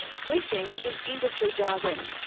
cliffing is industry jargon.